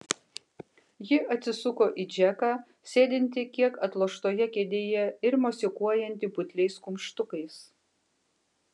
ji atsisuko į džeką sėdintį kiek atloštoje kėdėje ir mosikuojantį putliais kumštukais